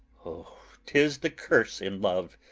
o, tis the curse in love,